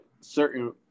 certain